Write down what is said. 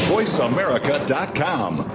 VoiceAmerica.com